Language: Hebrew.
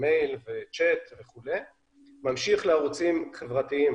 מייל וצ'ט, ממשיך לערוצים חברתיים